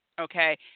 okay